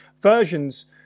versions